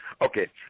Okay